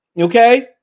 Okay